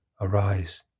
arise